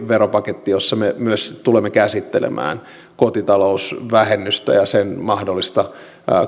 veropaketti jossa me myös tulemme käsittelemään kotitalousvähennystä ja sen mahdollista